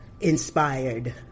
inspired